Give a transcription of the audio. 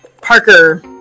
Parker